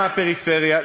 מהפריפריה,